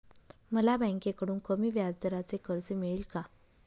मला बँकेकडून कमी व्याजदराचे कर्ज मिळेल का?